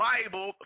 Bible